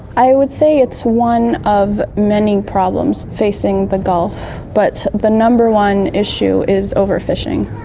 i would say it's one of many problems facing the gulf, but the number one issue is overfishing.